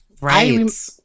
Right